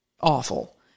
awful